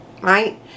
right